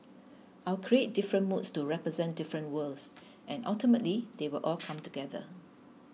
I'll create different moods to represent different worlds and ultimately they will all come together